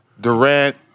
Durant